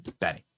Benny